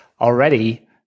already